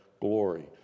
glory